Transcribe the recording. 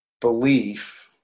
belief